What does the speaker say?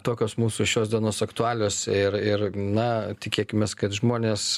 tokios mūsų šios dienos aktualijos ir ir na tikėkimės kad žmonės